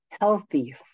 healthy